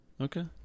Okay